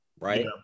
Right